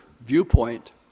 viewpoint